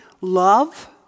love